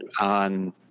on